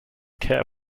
care